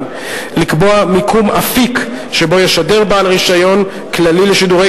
לקבוע מיקום אפיק שבו ישדר בעל רשיון כללי לשידורי